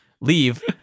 leave